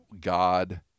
God